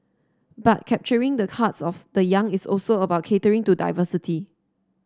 but capturing the hearts of the young is also about catering to diversity